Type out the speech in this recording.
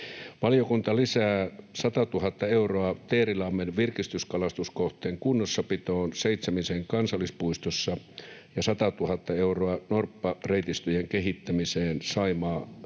Valiokunta lisää 100 000 euroa Teerilammen virkistyskalastuskohteen kunnossapitoon Seitsemisen kansallispuistossa ja 100 000 euroa norppareitistöjen kehittämiseen Saimaa Geoparkissa.